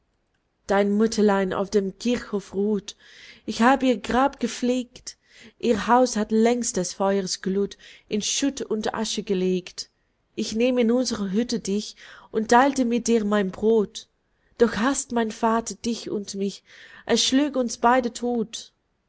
dein mütterlein auf dem kirchhof ruht ich hab ihr grab gepflegt ihr haus hat längst des feuers gluth in schutt und asche gelegt ich nähm in unsre hütte dich und theilte mit dir mein brot doch haßt mein vater dich und mich er schlüg uns beide todt